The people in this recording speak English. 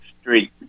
street